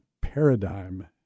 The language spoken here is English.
paradigm